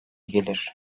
gelir